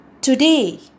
today